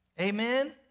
Amen